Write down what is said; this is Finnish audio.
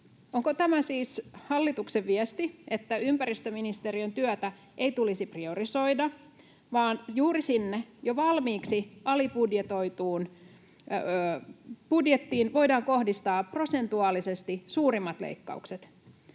Onko tämä siis hallituksen viesti, että ympäristöministeriön työtä ei tulisi priorisoida, vaan juuri sinne, jo valmiiksi alibudjetoituun budjettiin, voidaan kohdistaa prosentuaalisesti suurimmat leikkaukset?